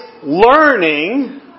learning